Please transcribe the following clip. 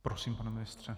Prosím, pane ministře.